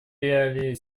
реалии